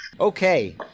Okay